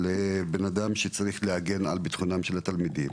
אבל בן אדם שצריך להגן על ביטחונם של התלמידים,